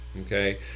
Okay